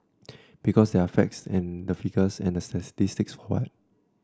because where are the facts and the figures and the statistics for that